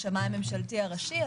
השמאי הממשלתי הראשי.